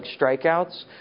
strikeouts